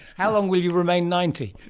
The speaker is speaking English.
how long will you remain ninety?